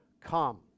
come